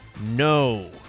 no